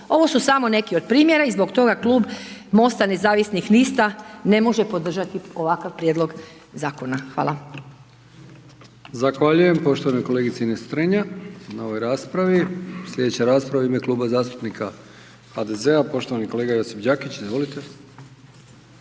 Ovo su samo neki od primjera i zbog toga Klub MOST-a nezavisnih lista ne može podržati ovakav prijedlog zakona. Hvala.